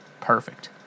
Perfect